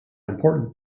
important